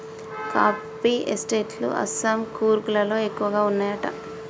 coffee estate లు అస్సాం, కూర్గ్ లలో ఎక్కువ వున్నాయట